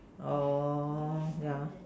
oh ya